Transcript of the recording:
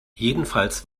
jedenfalls